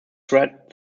threat